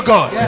God